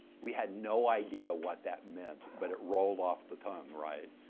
we had no idea what that meant, but it rolled off the tongue, right?